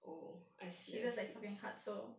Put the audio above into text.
shit that is like fucking hard so